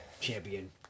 champion